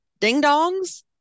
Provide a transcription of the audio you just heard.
ding-dongs